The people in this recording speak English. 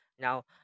Now